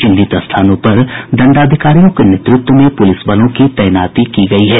चिन्हित स्थानों पर दंडाधिकारियों के नेतृत्व में पुलिस बलों की तैनाती की गयी है